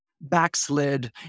backslid